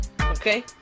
Okay